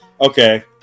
Okay